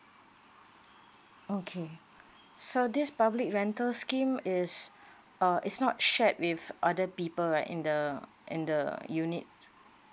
okay so this public rental scheme is uh is not shared with other people right in the in the unit